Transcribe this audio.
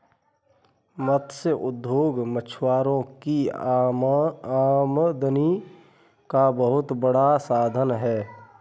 मत्स्य उद्योग मछुआरों की आमदनी का बहुत बड़ा साधन है